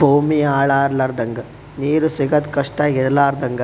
ಭೂಮಿ ಹಾಳ ಆಲರ್ದಂಗ, ನೀರು ಸಿಗದ್ ಕಷ್ಟ ಇರಲಾರದಂಗ